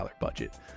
budget